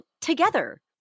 together